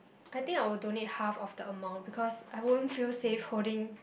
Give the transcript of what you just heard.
I think I will donate half of the amount because I won't feel safe holding